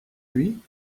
lui